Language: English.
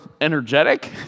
energetic